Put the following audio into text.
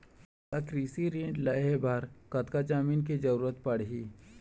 मोला कृषि ऋण लहे बर कतका जमीन के जरूरत पड़ही?